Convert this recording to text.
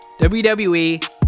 WWE